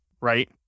right